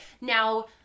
now